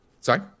Sorry